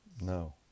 No